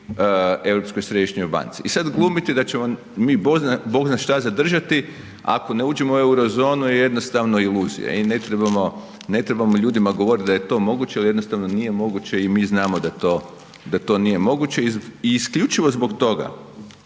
I sada glumite da ćemo vam mi Bog zna što zadržali ako ne uđemo u euro-zonu. Jednostavno je iluzija i ne trebamo ljudima govoriti da je to moguće jer jednostavno nije moguće i mi znamo da to nije moguće i isključivo zbog toga,